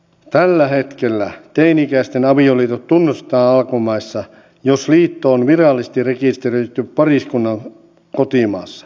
tällä hetkellä teini ikäisten avioliitot tunnustetaan alankomaissa jos liitto on virallisesti rekisteröity pariskunnan kotimaassa